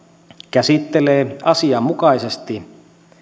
käsittelee asianmukaisesti